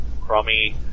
crummy